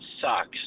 sucks